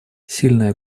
сильная